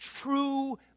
true